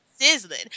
sizzling